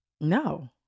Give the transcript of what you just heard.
No